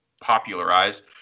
popularized